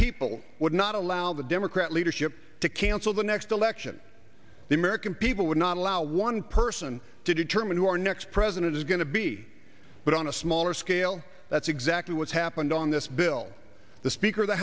people would not allow the democrat leadership to cancel the next election the american people would not allow one person to determine who our next president is going to be but on a smaller scale that's exactly what's happened on this bill the speaker